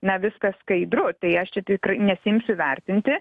na viskas skaidru tai aš čia tikrai nesiimsiu vertinti